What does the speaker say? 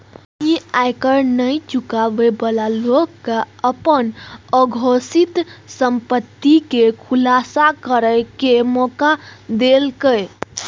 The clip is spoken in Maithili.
ई आयकर नै चुकाबै बला लोक कें अपन अघोषित संपत्ति के खुलासा करै के मौका देलकै